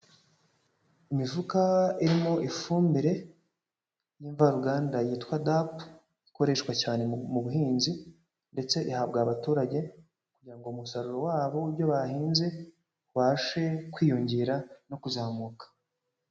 Imifuka irimo ifumbire y'imvaruganda yitwa dap, ikoreshwa cyane mu buhinzi, ndetse ihabwa abaturage, kugira ngo umusaruro wabo w'ibyo bahinze ubashe kwiyongera no kuzamuka.